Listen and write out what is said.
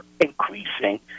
increasing